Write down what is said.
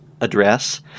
address